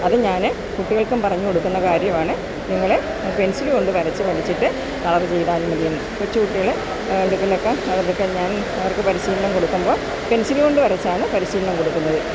അത് ഞാന് കുട്ടികൾക്കും പറഞ്ഞു കൊടുക്കുന്ന കാര്യമാണ് നിങ്ങള് പെൻസില് കൊണ്ട് വരച്ച് പഠിച്ചിട്ട് കളര് ചെയ്താൽ മതിയെന്ന് കൊച്ചുകുട്ടികള് എന്തെങ്കിലൊക്കെ അവരുടെ അടുത്ത് ഞാനും അവർക്ക് പരിശീലനം കൊടുക്കുമ്പോള് പെൻസില് കൊണ്ട് വരച്ചാണ് പരിശീലനം കൊടുക്കുന്നത്